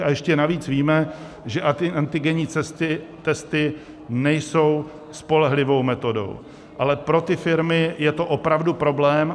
A ještě navíc víme, že antigenní testy nejsou spolehlivou metodou, ale pro ty firmy je to opravdu problém.